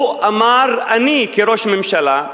הוא אמר: אני, כראש הממשלה,